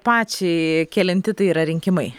pačiai kelinti tai yra rinkimai